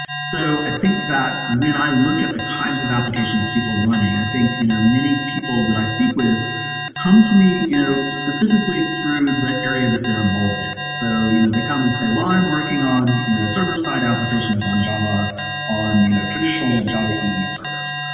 so i think that when i look at the kinds of applications people are running, i think you know many people that i speak with come me you know specifically through the area that they're involved in. so you know they come and say, well, i'm working on you know server side applications on java on you know traditional java ee servers.